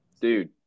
Dude